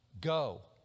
go